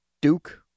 Duke